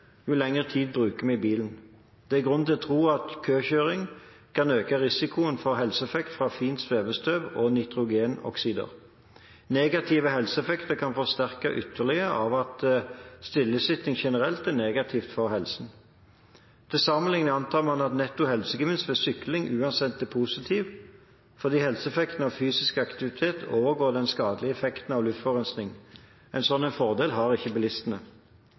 lengre tid bruker man i bilen. Det er grunn til å tro at køkjøring kan øke risikoen for helseeffekter fra fint svevestøv og nitrogenoksider. Negative helseeffekter kan forsterkes ytterligere av at stillesitting generelt er negativt for helsen. Til sammenligning antar man at netto helsegevinst ved sykling uansett er positiv, fordi helseeffekten av fysisk aktivitet overgår den skadelige effekten av luftforurensing. En slik fordel har ikke bilistene.